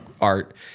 art